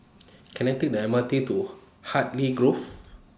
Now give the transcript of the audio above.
Can I Take The M R T to Hartley Grove